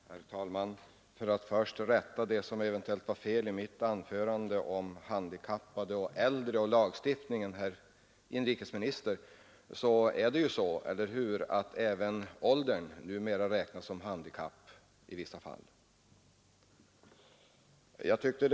Herr talman! För att först rätta det som eventuellt var felaktigt i mitt anförande om handikappade, äldre personer och lagstiftningen, vill jag fråga herr inrikesministern, om det inte är så, att även åldern numera räknas som handikapp i vissa fall inom arbetsmarknadspolitiken. Jag tror mig veta att det är så.